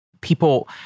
people